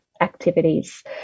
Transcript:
activities